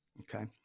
Okay